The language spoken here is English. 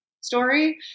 story